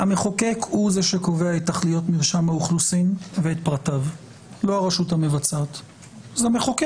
אנחנו כן רואים מצב שמרשם האוכלוסין הוא מאגר הבסיס והיסוד